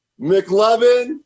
McLevin